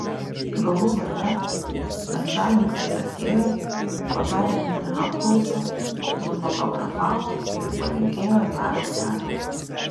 galų gale načialnikas atėjo padarė mini apklausą nufotografavo ir palinkėjo gero kelio